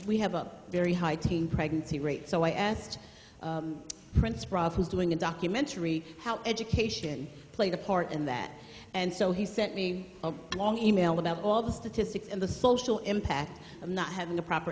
we have a very high teen pregnancy rate so i asked prince rob who is doing a documentary how education played a part in that and so he sent me a long e mail about all the statistics and the social impact of not having the proper